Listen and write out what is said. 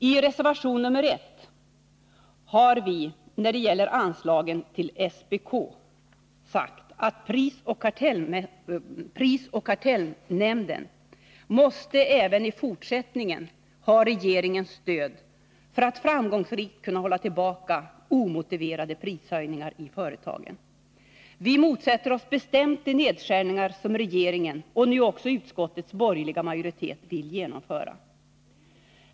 I reservation nr 1 har vi, när det gäller anslagen till SPK, sagt att prisoch kartellnämnden även i fortsättningen måste ha regeringens stöd för att framgångsrikt kunna hålla tillbaka omotiverade prishöjningar i företagen. Vi motsätter oss bestämt de nedskärningar som regeringen och nu också utskottets borgerliga majoritet vill genomföra.